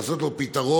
למצוא לו פתרון.